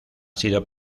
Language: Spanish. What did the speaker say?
sido